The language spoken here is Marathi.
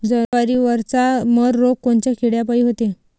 जवारीवरचा मर रोग कोनच्या किड्यापायी होते?